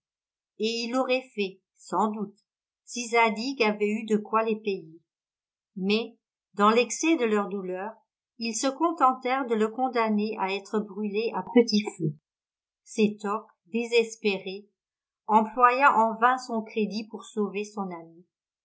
et ils l'auraient fait sans doute si zadig avait eu de quoi les payer mais dans l'excès de leur douleur ils se contentèrent de le condamner à être brûlé à petit feu sétoc désespéré employa en vain son crédit pour sauver son ami